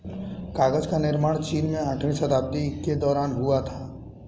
कागज का निर्माण चीन में आठवीं शताब्दी के दौरान हुआ था